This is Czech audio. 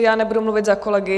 Já nebudu mluvit za kolegy.